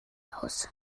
aus